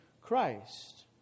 Christ